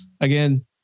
again